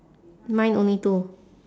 mine only two